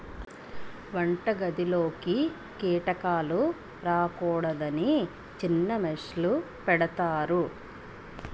వంటగదిలోకి కీటకాలు రాకూడదని చిన్న మెష్ లు పెడతారు